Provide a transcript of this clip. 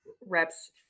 reps